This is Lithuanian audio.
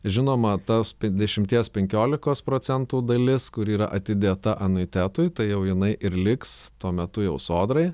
žinoma tas dešimties penkiolikos procentų dalis kuri yra atidėta anuitetui tai jau jinai ir liks tuo metu jau sodrai